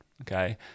okay